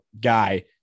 guy